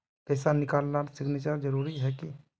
पैसा निकालने सिग्नेचर जरुरी है की?